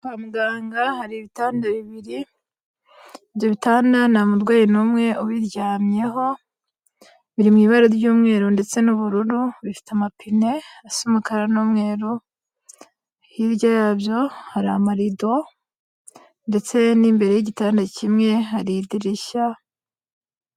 Kwa muganga hari ibitanda bibiri, ibyo bitanda nta murwayi n'umwe ubiryamyeho. Biri mu ibara ry'umweru ndetse n'ubururu, bifite amapine asa umukara n'umweru. Hirya yabyo hari amarido ndetse n'imbere y'igitanda kimwe hari idirishya.